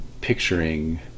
picturing